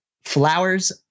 Flowers